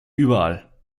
überall